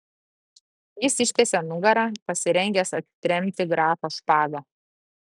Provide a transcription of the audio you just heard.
jis ištiesė nugarą pasirengęs atremti grafo špagą